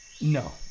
No